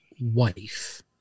wife